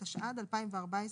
התשע"ד-2014,